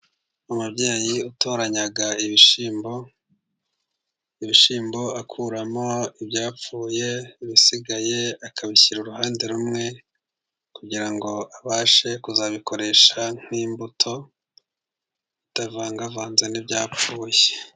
Umubyeyi utoranya ibishyimbo. Ibishyimbo akuramo ibyapfuye ibisigaye akabishyira uruhande rumwe kugira ngo abashe kuzabikoresha nk'imbuto, bitavangavanze n'ibyapfuye.